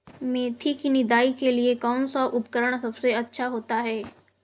मेथी की निदाई के लिए कौन सा उपकरण सबसे अच्छा होता है?